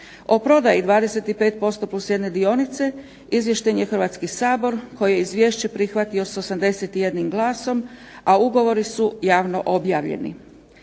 O prodaji 25%+1 dionice izvješten je Hrvatski sabor koji je izvješće prihvatio sa 81 glasom, a ugovori su javno objavljeni.